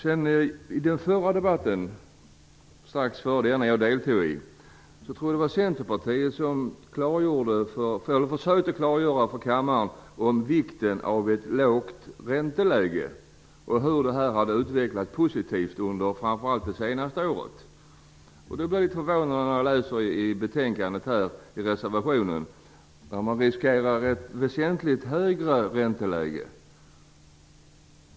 I den förra debatten, som jag deltog i strax före denna, tror jag att det var Centerpartiet som för kammaren försökte klargöra vikten av ett lågt ränteläge. Man försökte visa hur positivt detta hade utvecklats under framför allt det senaste året. Då blir jag litet förvånad när jag läser i reservationen i betänkandet att man riskerar att få ett väsentligt högre ränteläge.